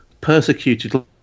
persecuted